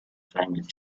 climate